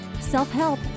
self-help